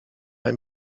ein